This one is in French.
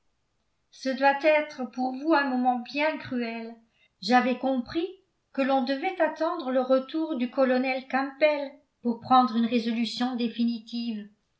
ce doit être pour vous un moment bien cruel j'avais compris que l'on devait attendre le retour du colonel campbell pour prendre une résolution définitive